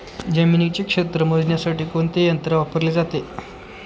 जमिनीचे क्षेत्र मोजण्यासाठी कोणते यंत्र वापरले जाते?